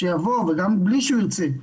וגם בלי שירצה,